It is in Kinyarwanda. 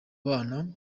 bana